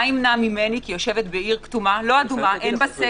מה ימנע ממני כיושבת בעיר כתומה - לא אדומה אין בה סגר.